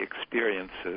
experiences